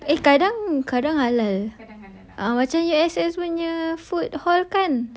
eh kadang halal macam U_S punya food hall kan